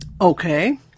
Okay